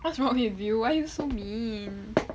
what's wrong with you why are you so mean